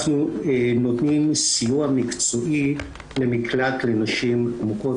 אנחנו נותנים סיוע מקצועי למקלט לנשים מוכות.